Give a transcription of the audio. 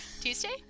Tuesday